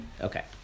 Okay